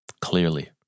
Clearly